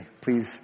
Please